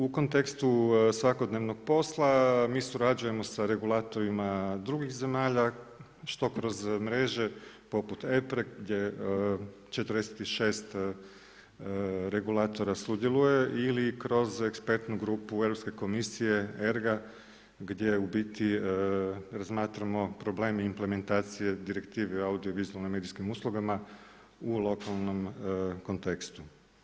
U kontekstu svakodnevnog posla, mi surađujemo sa regulatorima drugih zemalja što kroz mreže poput EPRA-e gdje 46 regulatora sudjeluje ili kroz Ekspertnu grupu Europske komisije ERGA gdje u biti razmatramo problem implementacije Direktive o audiovizualnim medijskim uslugama u lokalnom kontekstu.